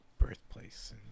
birthplace